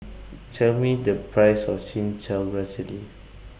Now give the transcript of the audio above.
Tell Me The Price of Chin Chow Grass Jelly